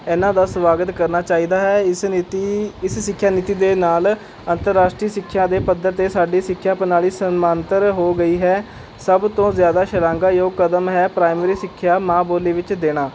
ਇਹਨਾਂ ਦਾ ਸਵਾਗਤ ਕਰਨਾ ਚਾਹੀਦਾ ਹੈ ਇਸ ਨੀਤੀ ਇਸ ਸਿੱਖਿਆ ਨੀਤੀ ਦੇ ਨਾਲ ਅੰਤਰਰਾਸ਼ਟਰੀ ਸਿੱਖਿਆ ਦੇ ਪੱਧਰ ਅਤੇ ਸਾਡੀ ਸਿੱਖਿਆ ਪ੍ਰਣਾਲੀ ਸਮਾਂਤਰ ਹੋ ਗਈ ਹੈ ਸਭ ਤੋਂ ਜ਼ਿਆਦਾ ਸ਼ਲਾਘਾਯੋਗ ਕਦਮ ਹੈ ਪ੍ਰਾਇਮਰੀ ਸਿੱਖਿਆ ਮਾਂ ਬੋਲੀ ਵਿੱਚ ਦੇਣਾ